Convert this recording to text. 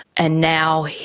and now,